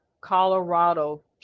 Colorado